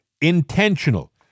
Intentional